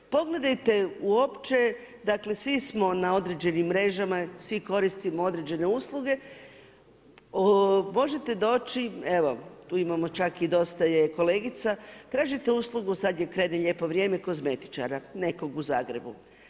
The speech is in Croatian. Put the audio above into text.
Pogledajte uopće, dakle svi smo na određenim mrežama, svi koristimo određene usluge, možete doći, evo tu imamo čak i dosta je kolega, tražite uslugu, sada je, krene lijepo vrijeme, kozmetičara, nekog u Zagrebu.